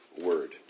word